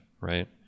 right